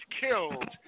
killed